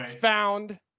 found